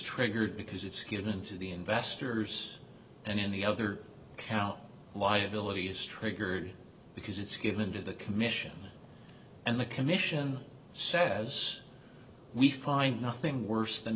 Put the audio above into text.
triggered because it's given to the investors and in the other county liability is triggered because it's given to the commission and the commission says we find nothing worse than